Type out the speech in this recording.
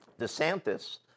DeSantis